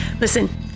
Listen